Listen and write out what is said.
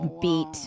beat